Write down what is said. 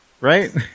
right